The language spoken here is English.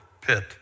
pit